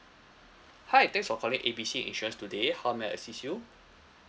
hi thanks for calling A B C insurance today how may I assist you